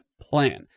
plan